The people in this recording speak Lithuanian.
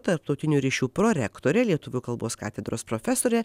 tarptautinių ryšių prorektorė lietuvių kalbos katedros profesorė